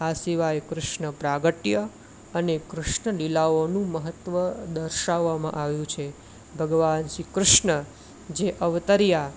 આ સિવાય કૃષ્ણ પ્રાગટ્ય અને કૃષ્ણ લીલાઓનું મહત્ત્વ દર્શાવવામાં આવ્યું છે ભગવાન શ્રી કૃષ્ણ જે અવતર્યા